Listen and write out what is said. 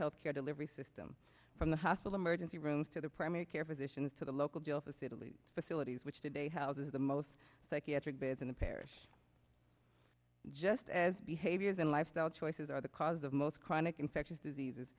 health care delivery system from the hospital emergency rooms to the primary care physicians to the local jail facility facilities which today houses the most psychiatric beds in the parish just as behaviors and lifestyle choices are the cause of most chronic infectious diseases